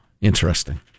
Interesting